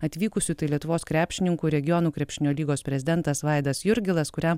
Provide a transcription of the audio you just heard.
atvykusių tai lietuvos krepšininkų regionų krepšinio lygos prezidentas vaidas jurgilas kuriam